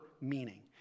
meaning